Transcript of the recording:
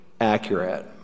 accurate